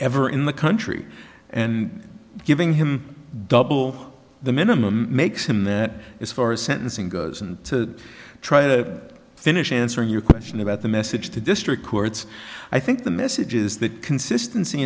ever in the country and giving him double the minimum makes him that as far as sentencing goes and to try to finish answering your question about the message to district courts i think the message is that consistency